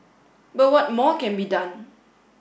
but what more can be done